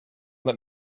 let